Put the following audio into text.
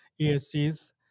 ESGs